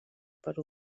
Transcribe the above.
per